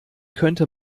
könnte